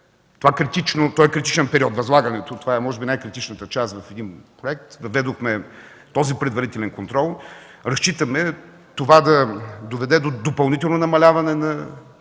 този критичен период – възлагането (това е може би най-критичната част в един проект), въведохме този предварителен контрол. Разчитаме това да доведе до допълнително намаляване на